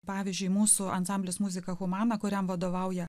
pavyzdžiui mūsų ansamblis muzika humana kuriam vadovauja